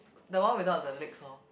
the one without the legs orh